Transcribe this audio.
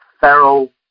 feral